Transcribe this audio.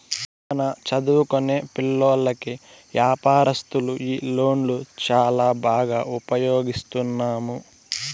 మన చదువుకొనే పిల్లోల్లకి వ్యాపారస్తులు ఈ లోన్లు చాలా బాగా ఉపయోగిస్తున్నాము